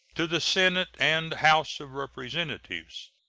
to the senate and house of representatives